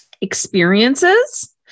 experiences